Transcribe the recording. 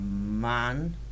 Man